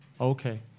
Okay